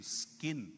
skin